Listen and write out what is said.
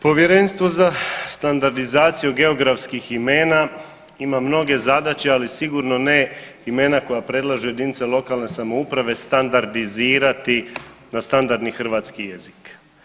Povjerenstvo za standardizaciju geografskih imena ima mnoge zadaće, ali sigurno ne imena koja predlaže jedinica lokalne samouprave standardizirati na standardni hrvatski jezik.